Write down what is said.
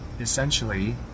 essentially